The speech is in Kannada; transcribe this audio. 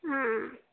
ಹಾಂ